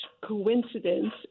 coincidence